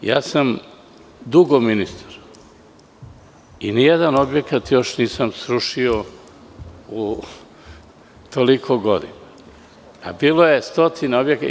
Ja sam dugo ministar i nijedan objekat još nisam srušio za toliko godina, a bilo je stotine objekata.